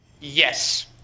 yes